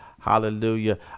hallelujah